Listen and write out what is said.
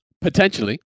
potentially